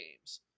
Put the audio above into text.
games